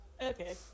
Okay